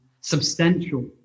substantial